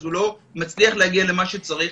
אז הוא לא מצליח להגיע למה שצריך.